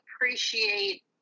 appreciate